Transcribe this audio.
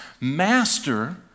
Master